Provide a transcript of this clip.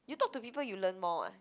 you talk to people you learn more [what]